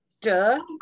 Duh